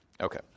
Okay